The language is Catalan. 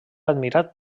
admirat